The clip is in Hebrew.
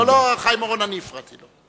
לא, לא, חיים אורון, אני הפרעתי לו.